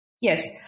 Yes